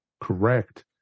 correct